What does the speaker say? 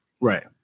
Right